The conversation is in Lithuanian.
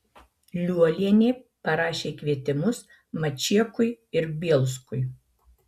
liuolienė parašė kvietimus mačiekui ir bielskui